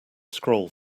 scroll